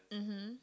mmhmm